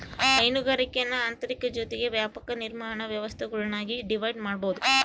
ಹೈನುಗಾರಿಕೇನ ಆಂತರಿಕ ಜೊತಿಗೆ ವ್ಯಾಪಕ ನಿರ್ವಹಣೆ ವ್ಯವಸ್ಥೆಗುಳ್ನಾಗಿ ಡಿವೈಡ್ ಮಾಡ್ಬೋದು